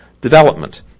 development